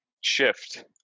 shift